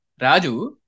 Raju